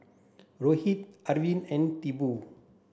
Rohit Arvind and Tipu